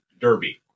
Derby